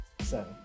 Seven